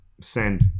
send